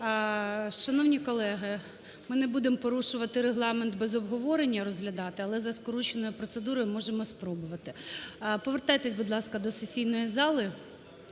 Шановні колеги, ми не будемо порушувати Регламент, без обговорення розглядати, але за скороченою процедурою можемо спробувати. Повертайтесь, будь ласка, до сесійної зали.